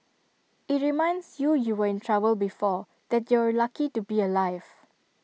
IT reminds you you were in trouble before that you're lucky to be alive